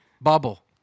Bubble